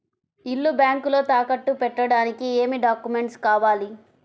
ఇల్లు బ్యాంకులో తాకట్టు పెట్టడానికి ఏమి డాక్యూమెంట్స్ కావాలి?